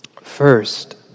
First